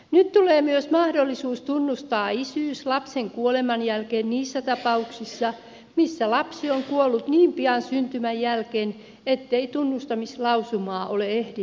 nyt tulee myös mahdollisuus tunnustaa isyys lapsen kuoleman jälkeen niissä tapauksissa missä lapsi on kuollut niin pian syntymän jälkeen ettei tunnustamislausumaa ole ehditty tehdä